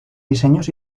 diseños